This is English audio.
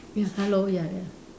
ya hello ya ya